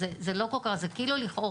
כל הקטע של 'מה הבעיה',